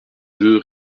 deux